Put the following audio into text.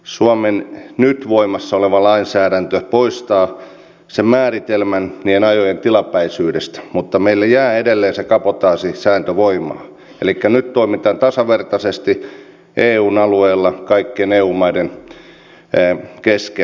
suomen nyt voimassa oleva lainsäädäntö poistaa sen määritelmän niiden ajojen tilapäisyydestä mutta meille jää edelleen se kabotaasisääntö voimaan elikkä nyt toimitaan tasavertaisesti eun alueella kaikkien eu maiden kesken